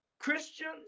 Christians